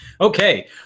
okay